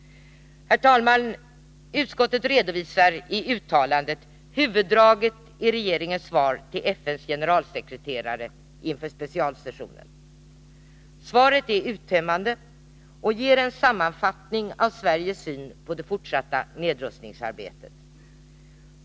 Herr talman! Utskottet redovisar i betänkandet huvuddragen i regeringens svar till FN:s generalsekreterare inför specialsessionen. Svaret är uttömmande och ger en sammanfattning av Sveriges syn på det fortsatta nedrustningsarbetet.